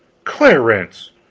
clarence!